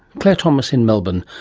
claire thomas in melbourne.